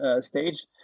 stage